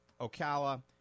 Ocala